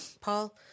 Paul